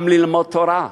גם ללמוד תורה,